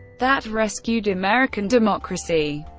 that rescued american democracy.